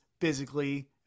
physically